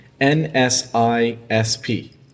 NSISP